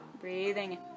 Breathing